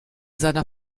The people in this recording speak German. seiner